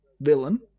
villain